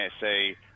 say